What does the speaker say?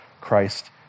Christ